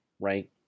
right